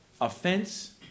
offense